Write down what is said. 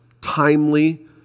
timely